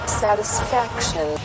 satisfaction